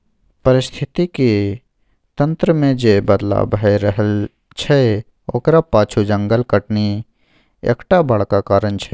पारिस्थितिकी तंत्र मे जे बदलाव भए रहल छै ओकरा पाछु जंगल कटनी एकटा बड़का कारण छै